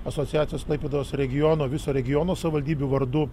asociacijos klaipėdos regiono viso regiono savivaldybių vardu